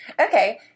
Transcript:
Okay